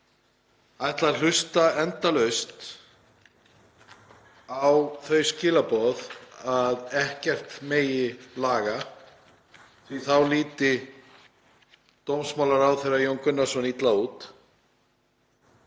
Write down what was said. ætla að hlusta endalaust á þau skilaboð að ekkert megi laga því þá líti dómsmálaráðherra, Jón Gunnarsson, illa út,